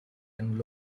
and